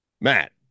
Matt